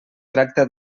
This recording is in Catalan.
tracta